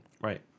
Right